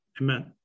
Amen